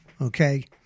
Okay